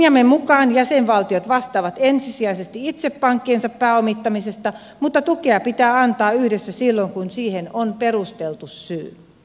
linjamme mukaan jäsenvaltiot vastaavat ensisijaisesti itse pankkiensa pääomittamisesta mutta tukea pitää antaa yhdessä silloin kun siihen on perusteltu syy